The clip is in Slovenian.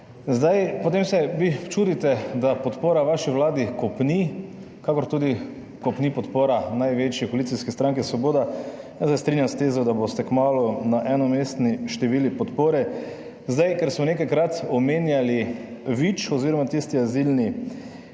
Zdaj potem se vi čudite, da podpora vaši Vladi kopni, kakor tudi ko p ni podpora največje koalicijske stranke Svoboda, pa se strinjam s tezo, da boste kmalu na enomestni števili podpore. Zdaj, ker smo nekajkrat omenjali Vič oziroma tisti azilni